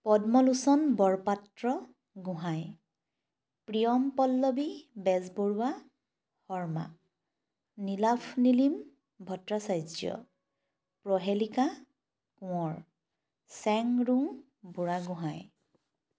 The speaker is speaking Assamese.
পদ্মলোচন বৰপাত্ৰ গোহাঁই প্ৰিয়ম পল্লৱী বেজবৰুৱা শৰ্মা নীলাভ নীলিম ভট্টাচাৰ্য্য প্ৰহেলিকা কোঁৱৰ চেংৰুং বুঢ়াগোহাঁই